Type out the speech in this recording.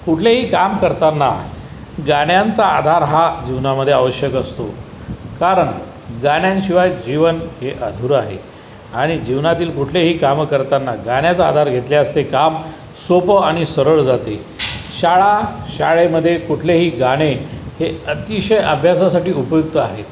कुठलेही काम करताना गाण्यांचा आधार हा जीवनामध्ये आवश्यक असतो कारण गाण्यांशिवाय जीवन हे अधुरं आहे आणि जीवनातील कुठलेही कामं करताना गाण्याचा आधार घेतल्यास ते काम सोपं आणि सरळ जाते शाळा शाळेमध्ये कुठलेही गाणे हे अतिशय अभ्यासासाठी उपयुक्त आहे